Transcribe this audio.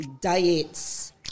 diets